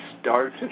start